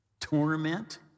torment